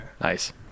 Nice